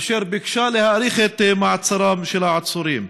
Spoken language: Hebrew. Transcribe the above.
אשר ביקשה להאריך את מעצרם של העצורים.